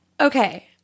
okay